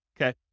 okay